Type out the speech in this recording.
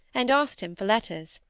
and asked him for letters.